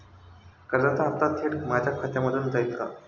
कर्जाचा हप्ता थेट माझ्या खात्यामधून जाईल का?